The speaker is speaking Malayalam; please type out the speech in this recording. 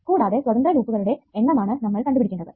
കൂടാതെ സ്വതന്ത്ര ലൂപ്പുകളുടെ എണ്ണമാണ് നമ്മൾ കണ്ടുപിടിക്കേണ്ടത്